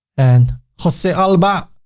and jose alba.